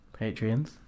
Patreons